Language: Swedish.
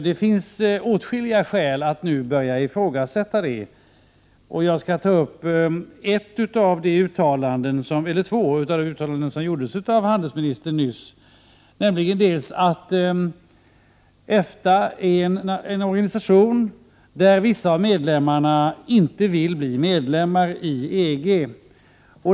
Det finns åtskilliga skäl att nu börja ifrågasätta att den är det. Jag skall ta upp det uttalande som nyss gjordes av handelsministern. Handelsministern sade att EFTA är en organisation där vissa av medlemmarna inte vill bli medlemmar i EG.